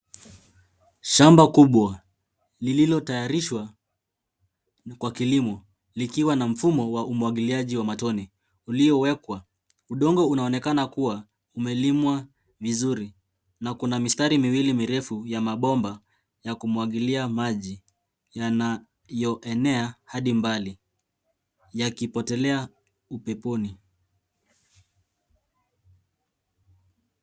Shamba kubwa lililotayarishwa kwa kilimo likiwa na mfumo wa umwagiliaji wa matone iliyowekwa. Udongo unaonekana kuwa umelimwa vizuri na kuna mistari miwili mirefu ya mabomba ya kumwagilia maji yanayoenea hadi mbali yakipotelea upeponi.